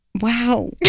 Wow